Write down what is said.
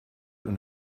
und